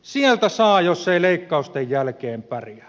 sieltä saa jos ei leikkausten jälkeen pärjää